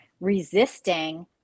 resisting